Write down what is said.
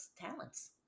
talents